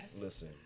Listen